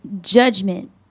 judgment